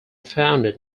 founded